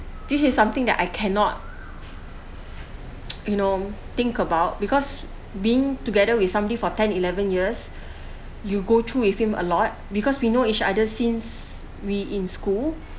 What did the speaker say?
this is something that I cannot you know think about because being together with somebody for ten eleven years you go through with him a lot because we know each other since we in school